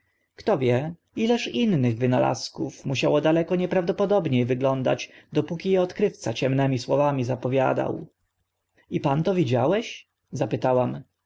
kto wie ileż innych wynalazków musiało daleko nieprawdopodobnie wyglądać dopóki e odkrywca ciemnymi słowami zapowiadał i pan to widziałeś zapytałam